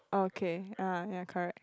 okay ah yeah correct